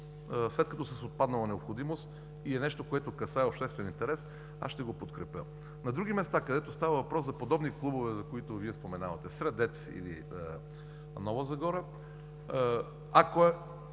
след като са с отпаднала необходимост и е нещо, което касае обществен интерес, аз ще го подкрепя. На други места, където става въпрос за подобни клубове, за които Вие споменавате – „Средец“ и „Нова Загора“, ако има